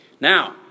Now